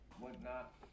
whatnot